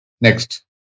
Next